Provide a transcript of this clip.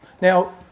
Now